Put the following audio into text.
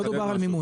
לא מדובר על מימון,